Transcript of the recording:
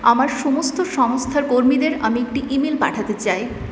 আমার সমস্ত সংস্থার কর্মীদের আমি একটা ইমেল পাঠাতে চাই